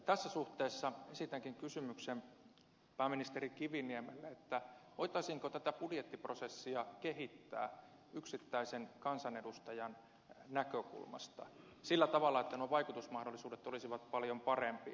tässä suhteessa esitänkin kysymyksen pääministeri kiviniemelle voitaisiinko tätä budjettiprosessia kehittää yksittäisen kansanedustajan näkökulmasta sillä tavalla että nuo vaikutusmahdollisuudet olisivat paljon parempia